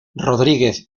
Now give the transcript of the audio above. rodríguez